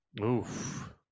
Oof